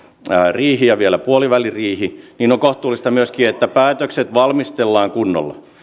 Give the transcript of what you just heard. riihi ja vielä puoliväliriihi niin on kohtuullista myöskin että päätökset valmistellaan kunnolla